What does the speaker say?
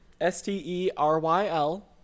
s-t-e-r-y-l